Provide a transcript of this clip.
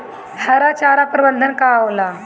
हरा चारा प्रबंधन का होला?